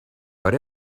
but